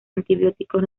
antibióticos